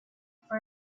for